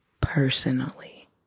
personally